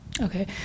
Okay